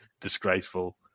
disgraceful